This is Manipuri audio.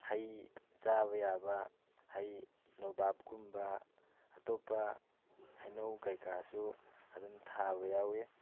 ꯍꯩ ꯆꯥꯕ ꯌꯥꯕ ꯍꯩ ꯅꯣꯕꯥꯞꯒꯨꯝꯕ ꯑꯇꯣꯞꯄ ꯍꯩꯅꯧ ꯀꯩꯀꯥꯁꯨ ꯑꯗꯨꯝ ꯊꯥꯕ ꯌꯥꯎꯋꯤ